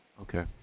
Okay